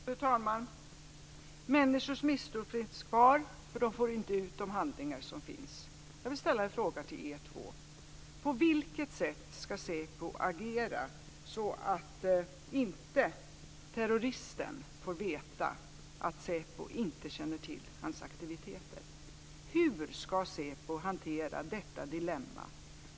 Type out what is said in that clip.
Fru talman! Människors misstro finns kvar eftersom de inte får ut de handlingar som finns, säger ni. Jag vill ställa en fråga till er två: På vilket sätt ska säpo agera så att inte terroristen får veta att säpo inte känner till hans aktiviteter? Hur ska säpo hantera detta dilemma?